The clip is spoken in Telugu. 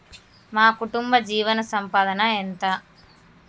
మా కుటుంబ జీవన సంపాదన ఎంత?